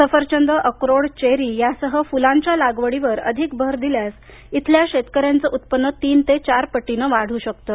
सफरचंद अक्रोड चेरी यासह फुलांच्या लागवडीवर अधिक भर दिल्यास इथल्या शेतकऱ्यांचे उत्पन्न तीन ते चार पटीनं वाढू शकतं